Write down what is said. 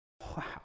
Wow